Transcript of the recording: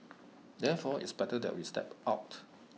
therefore it's better that we step out